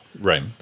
Right